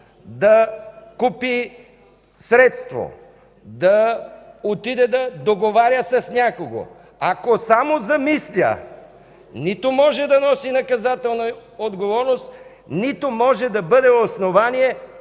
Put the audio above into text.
да купи средство, да отиде да договаря с някого. Ако само замисля, нито може да носи наказателна отговорност, нито може да бъде основание